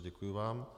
Děkuji vám.